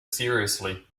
seriously